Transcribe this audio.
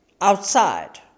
outside